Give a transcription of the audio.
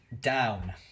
Down